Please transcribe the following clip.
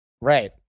Right